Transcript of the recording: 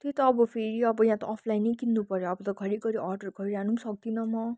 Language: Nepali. त्यही त अब फेरि अब यहाँ त अफलाइनै किन्नु पऱ्यो अब त घरिघरि अर्डर गरिरहनु पनि सक्दिनँ म